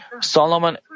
Solomon